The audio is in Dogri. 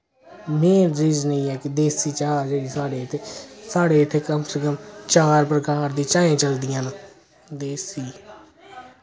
मेन रीजन एह् ऐ के देसी चा जेह्ड़ी साढ़े इत्थै साढ़े इत्थे कम से कम चार प्रकार दी चाय चलदियां न देसी